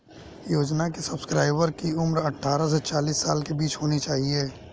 योजना के सब्सक्राइबर की उम्र अट्ठारह से चालीस साल के बीच होनी चाहिए